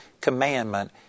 commandment